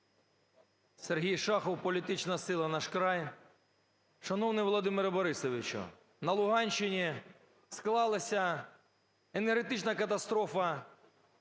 СергійШахов, політична сила "Наш край". Шановний Володимире Борисовичу, на Луганщині склалася енергетична катастрофа